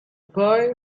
boy